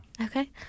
Okay